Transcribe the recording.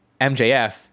mjf